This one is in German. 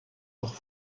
noch